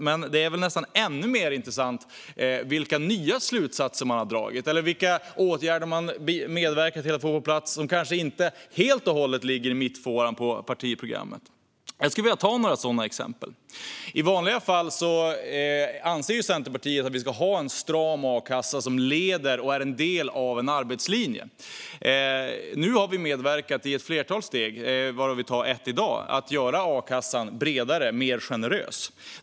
Men det är nästan mer intressant att titta på vilka nya slutsatser man har dragit eller vilka åtgärder man har medverkat till att få på plats som kanske inte ligger helt och hållet i mittfåran av partiprogrammet. Jag skulle vilja ta några sådana exempel. I vanliga fall anser Centerpartiet att vi ska ha en stram a-kassa som leder till och är en del av en arbetslinje. Nu har vi medverkat i ett flertal steg, varav vi tar ett i dag, mot att göra a-kassan bredare och mer generös.